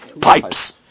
pipes